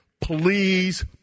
please